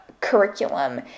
curriculum